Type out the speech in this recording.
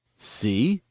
see,